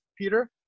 Peter